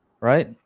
right